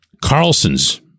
Carlson's